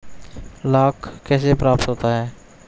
लाख कैसे प्राप्त होता है?